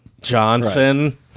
Johnson